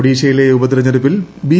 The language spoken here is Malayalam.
ഒഡീഷയിലെ ഉപതെരഞ്ഞെടുപ്പിൽ ബി